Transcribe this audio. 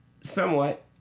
somewhat